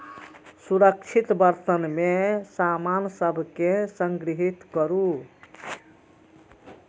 सुरक्षित बर्तन मे सामान सभ कें संग्रहीत करू